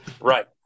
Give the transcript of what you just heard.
Right